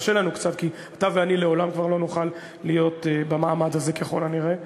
קשה לנו קצת כי אתה ואני לעולם כבר לא נוכל להיות במעמד הזה ככל הנראה,